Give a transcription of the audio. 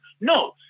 No